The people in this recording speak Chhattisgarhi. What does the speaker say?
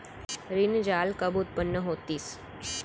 ऋण जाल कब उत्पन्न होतिस?